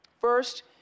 First